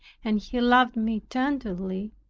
and he loved me tenderly,